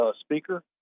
speaker